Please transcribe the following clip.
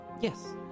Yes